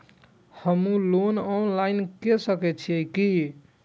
हमू loan online के सके छीये की?